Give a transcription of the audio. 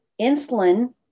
Insulin